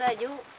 ah you